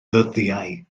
ddyddiau